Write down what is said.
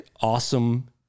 awesome